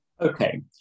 Okay